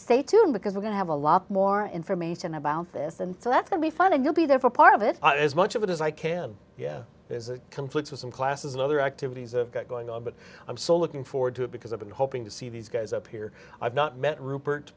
stay tuned because we're going to have a lot more information about this and so that's the refund and you'll be there for part of it as much of it as i can yeah as it conflicts with some classes and other activities of going on but i'm so looking forward to it because i've been hoping to see these guys up here i've not met rupert